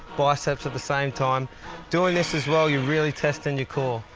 biceps at the same time doing this as well, you're really testing your core.